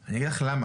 למה,